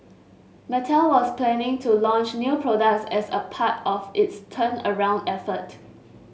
Mattel was planning to launch new products as a part of its turnaround effort